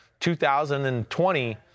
2020